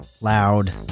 loud